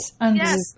Yes